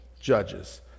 Judges